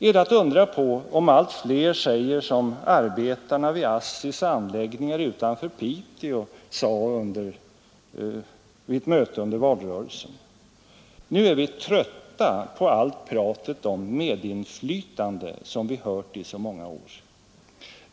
Är det att undra på om allt fler säger som arbetarna vid ASSIS:s anläggningar utanför Piteå: Nu är vi trötta på allt pratet om medinflytande som vi hört i så många år.